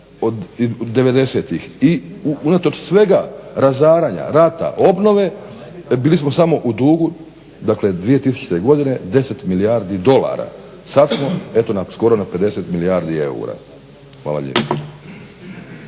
i unatoč svega razaranja, rata, obnove bili smo samo u dugu 2000.godine 10 milijardi dolara, sada smo eto na skoro 50 milijardi eura. **Stazić,